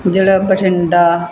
ਜਿਲ੍ਹਾ ਬਠਿੰਡਾ